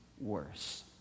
worse